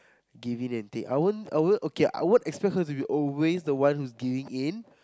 giving in and take I won't I won't okay I won't always expect her to be the giving in